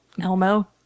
Elmo